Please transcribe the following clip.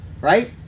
right